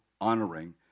honoring